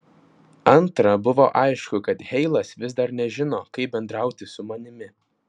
antra buvo aišku kad heilas vis dar nežino kaip bendrauti su manimi